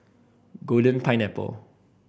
Golden Pineapple